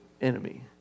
enemy